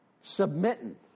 submitting